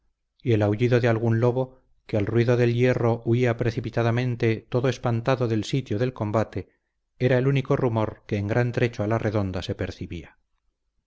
y el aullido de algún lobo que al ruido del hierro huía precipitadamente todo espantado del sitio del combate era el único rumor que en gran trecho a la redonda se percibía